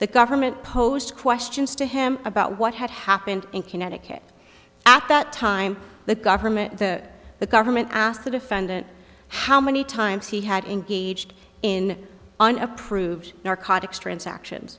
the government post questions to him about what had happened in connecticut at that time the government the the government asked the defendant how many times he had engaged in an approved narcotics transactions